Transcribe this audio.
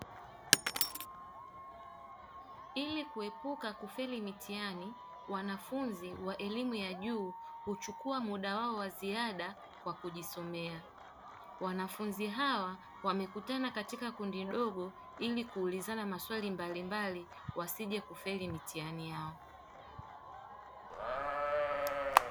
Ili kuepuka kufeli mitihani, wanafunzi wa elimu ya juu huchukua muda wao wa ziada kwa kujisomea. Wanafunzi hawa wamekutana katika kundi dogo ili kuulizana maswali mbalimbali wasijekufeli mitihani yao.